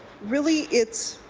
really it's,